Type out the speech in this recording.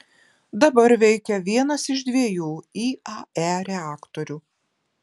dabar veikia vienas iš dviejų iae reaktorių